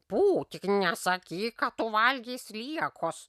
pū tik nesakyk kad tu valgei sliekus